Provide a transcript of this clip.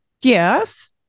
Yes